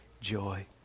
joy